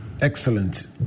Excellent